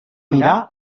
mirar